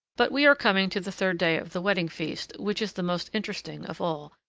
but we are coming to the third day of the wedding-feast, which is the most interesting of all,